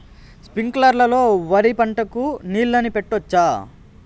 స్ప్రింక్లర్లు లో వరి పంటకు నీళ్ళని పెట్టొచ్చా?